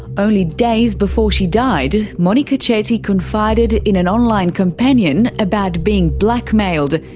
only days before she died, monika chetty confided in an online companion about being blackmailed,